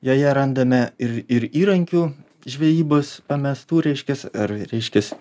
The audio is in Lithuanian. joje randame ir ir įrankių žvejybos pamestų reiškias ar reiškias